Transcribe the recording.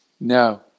No